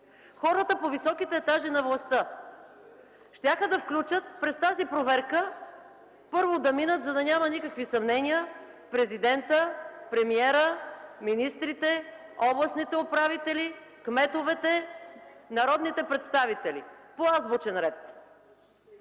хората по високите етажи на властта. Щяха да включат през тази проверка, за да няма никакви съмнения, първо да минат президентът, премиерът, министрите, областните управители, кметовете, народните представители по азбучен ред.